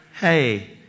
Hey